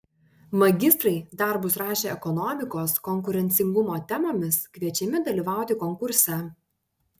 magistrai darbus rašę ekonomikos konkurencingumo temomis kviečiami dalyvauti konkurse